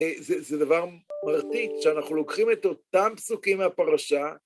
זה דבר מרטיט, שאנחנו לוקחים את אותם פסוקים מהפרשה.